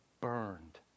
burned